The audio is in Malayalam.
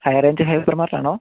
high range hyper മാർട്ടാണോ